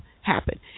happen